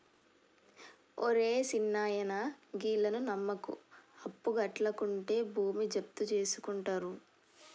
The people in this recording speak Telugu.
ఒరే సిన్నాయనా, గీళ్లను నమ్మకు, అప్పుకట్లకుంటే భూమి జప్తుజేసుకుంటరు